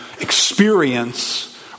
experience